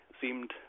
seemed